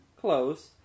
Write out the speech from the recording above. close